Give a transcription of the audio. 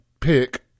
pick